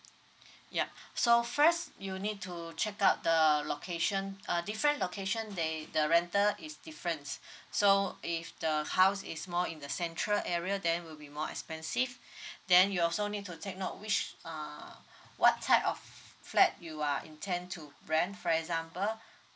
ya so first you'll need to check out the location uh different location they the rental is difference so if the house is more in the central area then will be more expensive then you also need to take note which uh what type of flat you are intend to rent for example